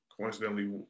Coincidentally